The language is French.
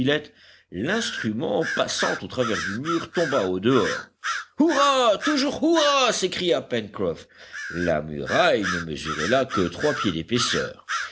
l'instrument passant au travers du mur tomba au dehors hurrah toujours hurrah s'écria pencroff la muraille ne mesurait là que trois pieds d'épaisseur